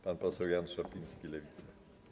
Pan poseł Jan Szopiński, Lewica.